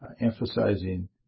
emphasizing